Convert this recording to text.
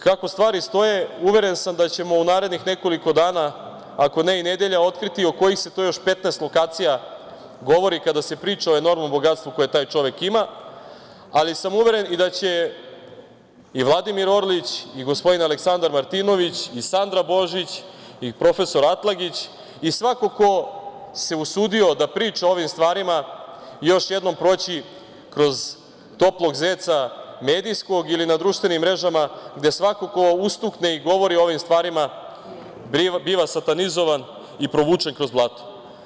Kako stvari stoje, uveren sam da ćemo u narednih nekoliko dana, ako ne i nedelja, otkriti o kojih se to još 15 lokacija govori kada se priča o enormnom bogatstvu koje taj čovek ima, ali sam uveren i da će i Vladimir Orlić i gospodin Aleksandar Martinović i Sandra Božić i prof. Atlagić, svako ko se usudio da priča o ovim stvarima još jednom proći kroz "toplog zeca" medijskog ili na društvenim mrežama gde svako ko ustukne i govori o ovim stvarima biva satanizovan i provučen kroz blato.